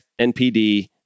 NPD